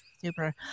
super